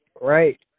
right